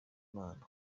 imana